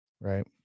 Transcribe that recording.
Right